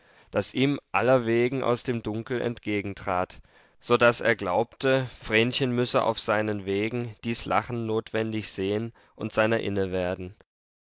das ihm allerwegen aus dem dunkel entgegentrat so daß er glaubte vrenchen müsse auf seinen wegen dies lachen notwendig sehen und seiner